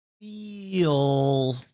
feel